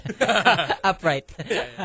upright